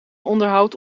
onderhoudt